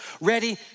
Ready